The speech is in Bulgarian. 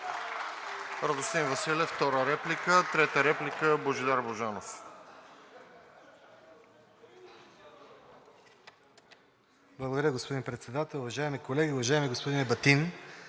Благодаря, господин Председател. Уважаеми колеги! Уважаеми господин Ебатин,